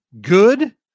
good